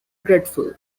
dreadful